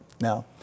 Now